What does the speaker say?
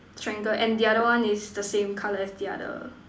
triangle and the other one is the same colour as the other